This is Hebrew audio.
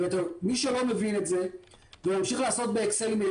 מי שלא מבין את זה וימשיך לעשות סגרים באקסלים,